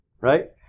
right